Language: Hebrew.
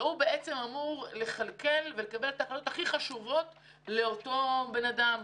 והאפוטרופוס בעצם אמור לכלכל ולקבל את ההחלטות הכי חשובות לאותו אדם: